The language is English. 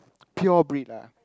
pure breed ah